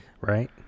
Right